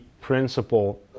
principle